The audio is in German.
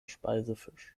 speisefisch